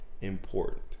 important